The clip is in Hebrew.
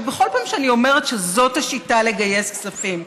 בכל פעם שאני אומרת שזאת השיטה לגייס כספים,